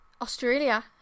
australia